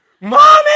Mommy